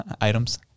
items